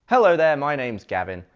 hello there, my name's gavin,